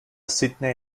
sydney